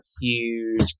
huge